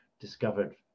discovered